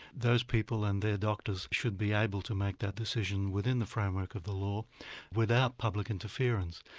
those people and their doctors should be able to make that decision within the framework of the law without public interference.